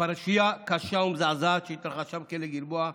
פרשייה קשה ומזעזעת שהתרחשה בכלא גלבוע.